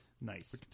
nice